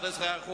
11%,